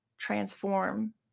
transform